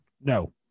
No